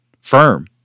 firm